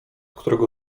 którego